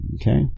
Okay